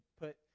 put